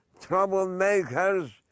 troublemakers